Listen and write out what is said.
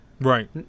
right